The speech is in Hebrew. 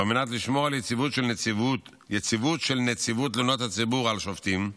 ועל מנת לשמור על היציבות של נציבות תלונות הציבור על שופטים,